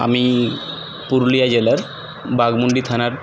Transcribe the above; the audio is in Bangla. আমি পুরুলিয়া জেলার বাগমুন্ডি থানার